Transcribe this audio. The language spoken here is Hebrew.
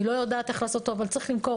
אני לא יודעת איך לעשות אותו אבל צריך למכור